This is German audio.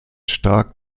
stark